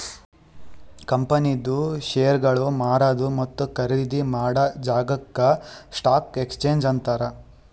ಕಂಪನಿದು ಶೇರ್ಗೊಳ್ ಮಾರದು ಮತ್ತ ಖರ್ದಿ ಮಾಡಾ ಜಾಗಾಕ್ ಸ್ಟಾಕ್ ಎಕ್ಸ್ಚೇಂಜ್ ಅಂತಾರ್